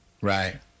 Right